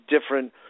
different